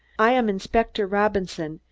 i am inspector robinson,